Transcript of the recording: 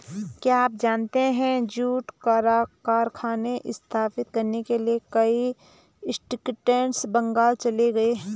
क्या आप जानते है जूट कारखाने स्थापित करने के लिए कई स्कॉट्स बंगाल चले गए?